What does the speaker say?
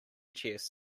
chests